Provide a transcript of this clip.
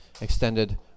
extended